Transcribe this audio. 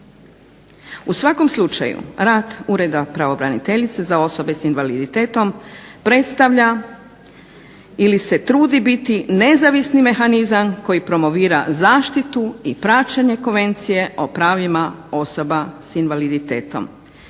U svakom slučaju rad Ureda pravobraniteljice za osobe s invaliditetom predstavlja ili se trudi biti nezavisni mehanizam koji promovira zaštitu i praćenje Konvencije o pravima osoba s invaliditetom.